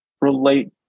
relate